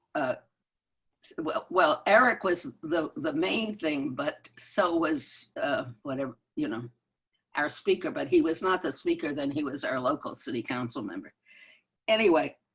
ah well, well, eric was the the main thing. but so was whatever you know our speaker, but he was not the speaker than he was our local city council member anyway.